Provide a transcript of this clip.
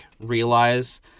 realize